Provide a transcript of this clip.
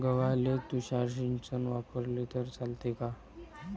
गव्हाले तुषार सिंचन वापरले तर चालते का?